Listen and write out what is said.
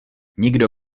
nikdo